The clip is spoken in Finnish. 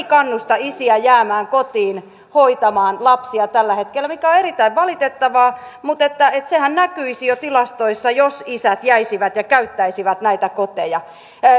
kannusta isiä jäämään kotiin hoitamaan lapsia tällä hetkellä mikä on erittäin valitettavaa sehän näkyisi jo tilastoissa jos isät jäisivät ja käyttäisivät